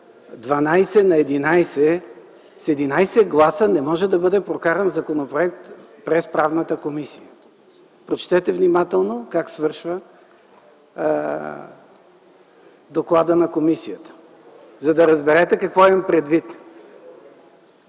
12 на 11. С 11 гласа не може да бъде прокаран законопроект през Комисията по правни въпроси. Прочетете внимателно как свършва докладът на комисията, за да разберете какво имам предвид.